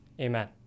amen